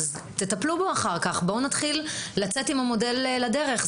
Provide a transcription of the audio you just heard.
תטפלו בו אחר כך אבל בואו נתחיל לצאת עם המודל לדרך.